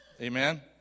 Amen